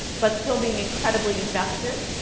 but still being incredibly invested.